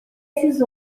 esses